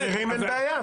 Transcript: שכירים אין בעיה,